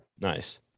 Nice